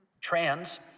Trans